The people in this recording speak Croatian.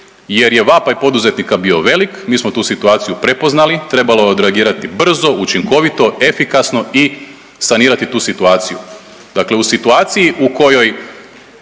jer je vapaj poduzetnika bio velik, mi smo tu situaciju prepoznali, trebalo je odreagirati brzo, učinkovito, efikasno i sanirati tu situaciju. Dakle u situaciji u kojoj